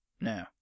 Now